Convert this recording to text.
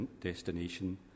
destination